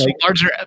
Larger